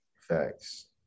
Facts